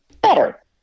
better